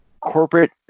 corporate